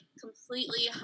completely